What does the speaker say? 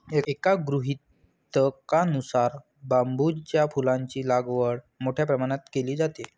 एका गृहीतकानुसार बांबूच्या फुलांची लागवड मोठ्या प्रमाणावर केली जाते